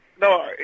No